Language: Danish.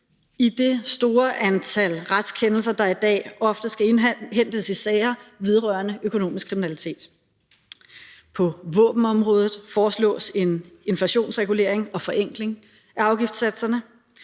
i det store antal retskendelser, der i dag ofte skal indhentes i sager vedrørende økonomisk kriminalitet. På våbenområdet foreslås en inflationsregulering og forenkling af afgiftssatserne.